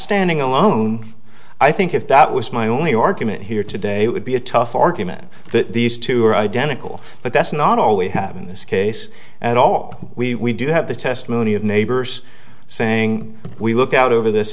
standing alone i think if that was my only argument here today would be a tough argument that these two are identical but that's not all we have in this case at all we do have the testimony of neighbors saying we look out over this